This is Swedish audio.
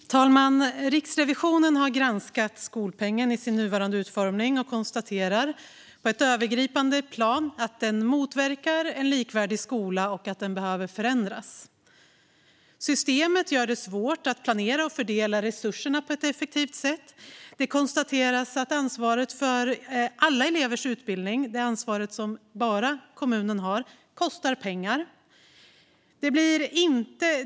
Fru talman! Riksrevisionen har granskat skolpengen i dess nuvarande utformning och konstaterar på ett övergripande plan att den motverkar en likvärdig skola och att den behöver förändras. Systemet gör det svårt att planera och fördela resurserna på ett effektivt sätt. Det konstateras att det ansvar för alla elevers utbildning som enbart kommunen har kostar pengar.